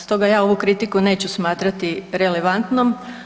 Stoga ja ovu kritiku neću smatrati relevantnom.